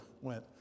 went